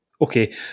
okay